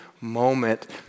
moment